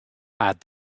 add